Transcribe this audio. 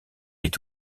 est